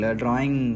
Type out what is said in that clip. drawing